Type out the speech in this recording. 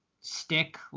stick